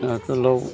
आगोलाव